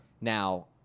Now